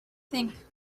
think